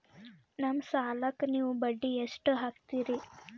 ನಮ್ಮ ಸಾಲಕ್ಕ ನೀವು ಬಡ್ಡಿ ಎಷ್ಟು ಹಾಕ್ತಿರಿ?